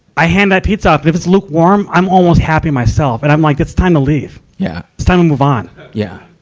i hand that pizza off if it's lukewarm, i'm almost happy myself, and i'm like, it's time to leave. yeah it's time to move on. yeah